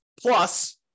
Plus